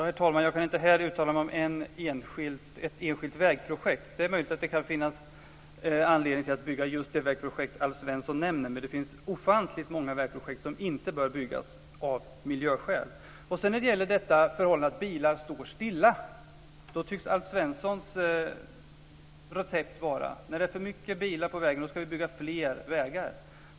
Herr talman! Jag vill inte här uttala mig om ett enskilt vägprojekt. Det är möjligt att det kan finnas anledning att bygga just det vägprojekt Alf Svensson nämner, men det finns ofantligt många vägprojekt som inte bör byggas av miljöskäl. När det gäller förhållandet att bilar står stilla tycks Alf Svenssons recept vara att vi ska bygga fler vägar när det är för många bilar på vägen.